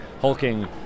hulking